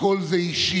הכול זה אישי,